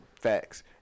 facts